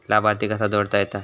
लाभार्थी कसा जोडता येता?